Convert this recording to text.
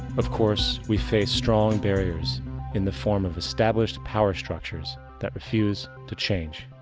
of course, we face strong barriers in the form of established power structures that refuse to change.